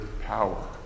power